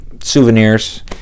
souvenirs